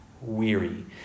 weary